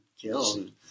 killed